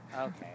Okay